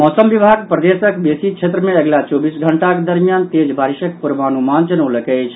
मौसम विभाग प्रदेशक बेसी क्षेत्र मे अगिला चौबीस घंटाक दरमियान तेज बारिशक पूर्वानुमान जनौलक अछि